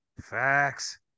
Facts